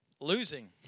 losing